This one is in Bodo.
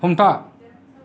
हमथा